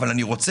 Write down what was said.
אבל אולי,